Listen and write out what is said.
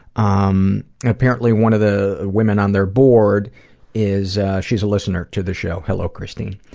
um apparently, one of the women on their board is a she's a listener to the show. hello, christine.